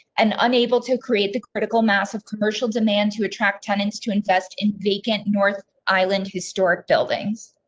and unable to create the critical mass of commercial demand to attract tenants to invest in vacant north island. historic buildings.